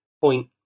point